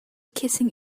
kissing